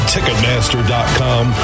Ticketmaster.com